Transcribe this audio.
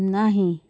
ନାହିଁ